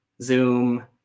Zoom